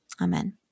Amen